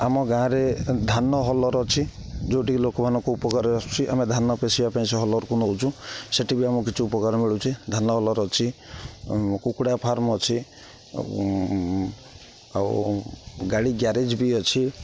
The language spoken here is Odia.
ଆମ ଗାଁରେ ଧାନ ହଲର୍ ଅଛି ଯେଉଁଠିକି ଲୋକମାନଙ୍କ ଉପକାରରେ ଆସୁଛି ଆମେ ଧାନ ପେଷିବା ପାଇଁ ସେ ହଲର୍କୁ ନେଉଛୁ ସେଠି ବି ଆମକୁ କିଛି ଉପକାର ମିଳୁଛି ଧାନ ହଲର୍ ଅଛି କୁକୁଡ଼ା ଫାର୍ମ ଅଛି ଆଉ ଗାଡ଼ି ଗ୍ୟାରେଜ୍ ବି ଅଛି